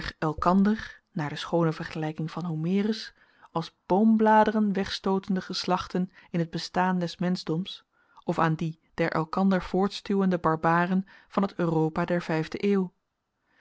elkander naar de schoone vergelijking van homerus als boombladeren wegstootende geslachten in het bestaan des menschdoms of aan die der elkander voortstuwende barbaren van het europa der vijfde eeuw